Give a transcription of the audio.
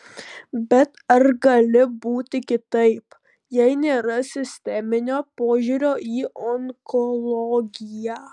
bet ar gali būti kitaip jei nėra sisteminio požiūrio į onkologiją